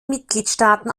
mitgliedstaaten